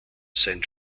sein